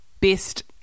best